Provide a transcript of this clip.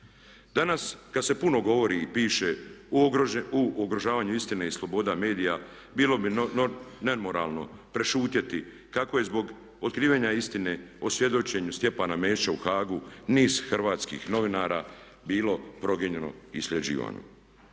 Danas kada se puno govori i piše o ugrožavanju istine i sloboda medija bilo bi nemoralno prešutjeti kako je zbog otkrivanja istine o svjedočenju Stjepana Mesića u Hagu niz hrvatskih novinara bilo progonjeno i …/Govornik